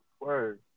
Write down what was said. Word